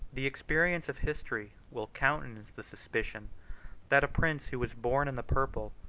the experience of history will countenance the suspicion that a prince who was born in the purple,